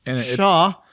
Shaw